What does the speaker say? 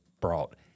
brought